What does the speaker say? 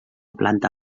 planta